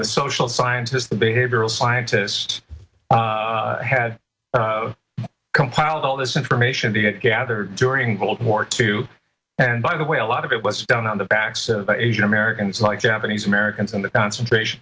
the social scientists the behavioral scientist had compiled all this information to get gathered during world war two and by the way a lot of it was done on the backs of asian americans like japanese americans and the concentration